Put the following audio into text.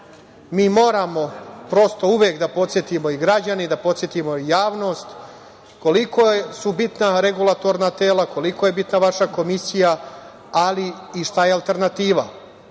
Mi moramo prosto uvek da podsetimo i građane i da podsetimo javnost koliko su bitna regulatorna tela, koliko je bitna vaša komisija, ali i šta je alternativa. Alternativa